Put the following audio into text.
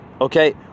okay